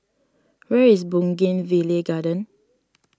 where is Bougainvillea Garden